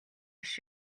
биш